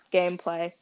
gameplay